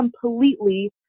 completely